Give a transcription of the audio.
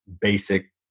basic